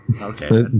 Okay